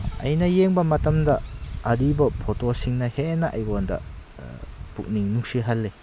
ꯑꯩꯅ ꯌꯦꯡꯕ ꯃꯇꯝꯗ ꯑꯔꯤꯕ ꯐꯣꯇꯣꯁꯤꯡꯅ ꯍꯦꯟꯅ ꯑꯩꯉꯣꯟꯗ ꯄꯨꯛꯅꯤꯡ ꯅꯨꯡꯁꯤꯍꯜꯂꯤ